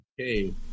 Okay